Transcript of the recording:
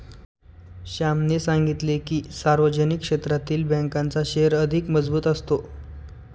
श्यामने सांगितले की, सार्वजनिक क्षेत्रातील बँकांचा शेअर अधिक मजबूत असतो